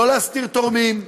לא להסתיר תורמים,